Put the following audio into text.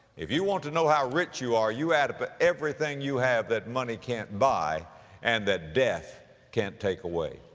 if you want to know how rich you are, you add up ah everything you have that money can't buy and that death can't take away.